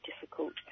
difficult